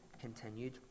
continued